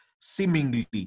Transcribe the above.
seemingly